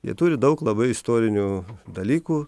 jie turi daug labai istorinių dalykų